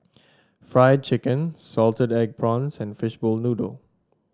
Fried Chicken Salted Egg Prawns and Fishball Noodle